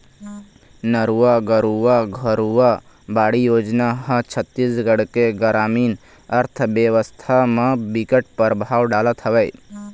नरूवा, गरूवा, घुरूवा, बाड़ी योजना ह छत्तीसगढ़ के गरामीन अर्थबेवस्था म बिकट परभाव डालत हवय